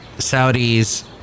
Saudi's